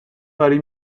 وری